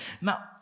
now